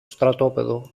στρατόπεδο